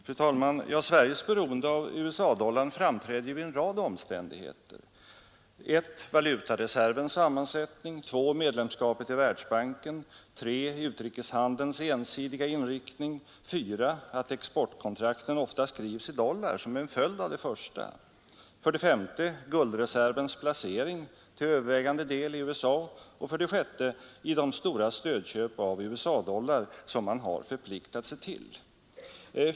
Fru talman! Sveriges beroende av USA-dollarn framgår av en rad omständigheter: 4. Att exportkontrakten ofta skrivs i dollar som en följd av den första punkten, 6. De stora stödköp av USA-dollar som man förpliktat sig till.